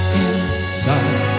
inside